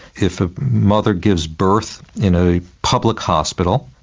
if a mother gives birth in a public hospital,